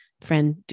friend